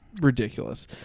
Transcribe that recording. ridiculous